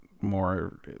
more